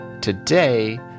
Today